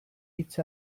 hitz